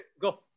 Go